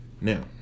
now